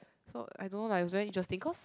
so I don't know like is very interesting cause